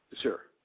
Sure